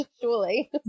surely